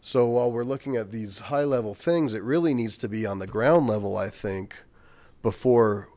so while we're looking at these high level things it really needs to be on the ground level i think before